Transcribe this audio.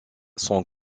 son